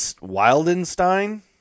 Wildenstein